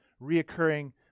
reoccurring